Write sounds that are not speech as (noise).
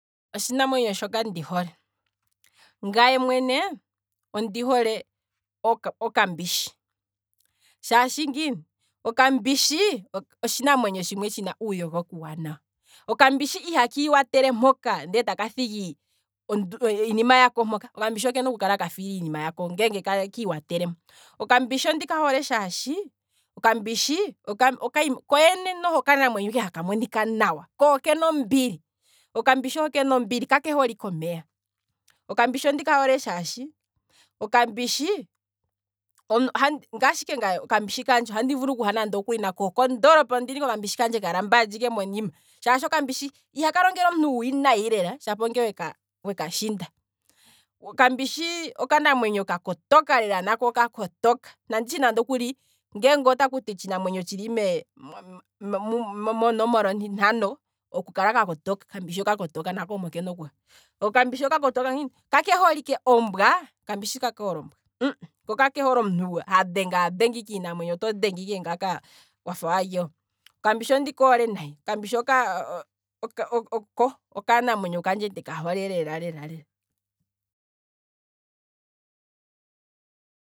Otshinamwenyo shoka ndi hole, ngaye mwene ondihole okambishi, shaashi ngiini, okambishi otshinamwenyo tshimwe tshina uuyogoki uuwanawa, okambishi ihaka iwatele mpoka ndele taka thigi iinima yako mpoka, okambishi okena oku kala kafila iinima yako ngele kiiwatele mpo, okambishi ondika hole shaashi, okambishi ko- ko koyene noho okanamwenyo ike haka monika nawa, ko okena ombili, ka kehole ike omeya, okambishi ondika hole shaashi okambishi (hesitation) ngaashi ike ngaye, okambishi kandje ohandi vulu okuha nako kondoolopa ondina ike okambishi kandje ka lambandje ike monima, shaashi okambishi ihaka longele omuntu uuwinayi lela, shapo onge weka shinda, okambishi oka namwenyo ka kotoka lela. nako oka kotoka, nanditye nande okuli, ngeenge otakuti otshinamwenyo tshili mo- mo- monomola ontintano okukala ka kotoka, okambishi omo kena okuha, ka kehole ike ombwa ko kakehole omuntu ha dhenga dhenga ike iinamwenyo, to dhenge ike ngaaka wafa waalyewo, okambishi ondika hole nayi, okambishi oko (hesitation) okanamwenyo kandje ndika hole lela lela lela.